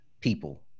people